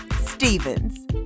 Stevens